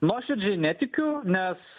nuoširdžiai netikiu nes